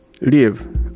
live